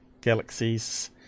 galaxies